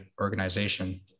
organization